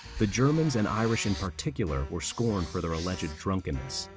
the germans and irish in particular were scorned for their alleged drunkenness.